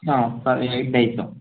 ಹಾಂ ಸರಿ ಐದು ಬೈಕ್ಸು